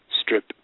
strip